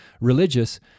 religious